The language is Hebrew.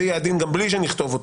זה יהיה הדין גם בלי שנכתוב אותו.